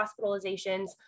hospitalizations